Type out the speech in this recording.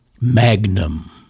Magnum